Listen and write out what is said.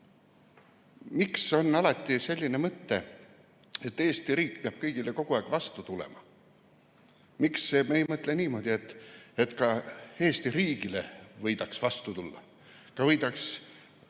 Miks on alati selline mõte, et Eesti riik peab kõigile kogu aeg vastu tulema? Miks me ei mõtle niimoodi, et ka Eesti riigile võiks vastu tulla, et võiks